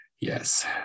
yes